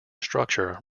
structure